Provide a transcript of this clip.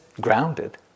grounded